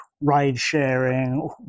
ride-sharing